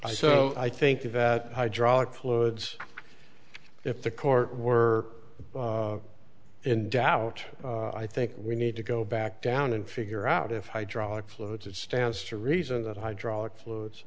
and so i think that hydraulic fluids if the court were in doubt i think we need to go back down and figure out if hydraulic fluids it stands to reason that hydraulic fluid